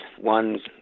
one